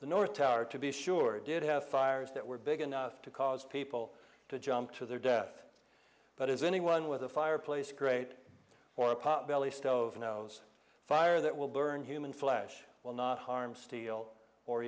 the north tower to be sure did have fires that were big enough to cause people to jump to their death but as anyone with a fireplace great or a potbelly stove knows fire that will learn human flesh will not harm steel or